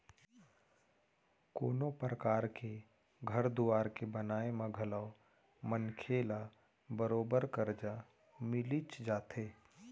कोनों परकार के घर दुवार के बनाए म घलौ मनखे ल बरोबर करजा मिलिच जाथे